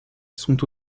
sont